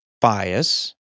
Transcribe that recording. bias